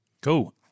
Cool